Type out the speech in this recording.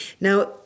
now